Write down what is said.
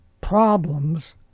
problems